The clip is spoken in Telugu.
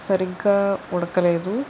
సరిగ్గా ఉడకలేదు